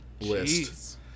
list